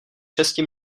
šesti